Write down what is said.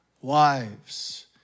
Wives